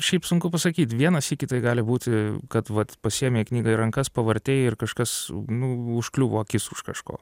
šiaip sunku pasakyt vieną sykį tai gali būti kad vat pasiėmei knygą į rankas pavartei ir kažkas nu užkliuvo akis už kažko